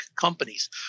companies